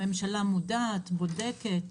הממשלה מודעת, בודקת,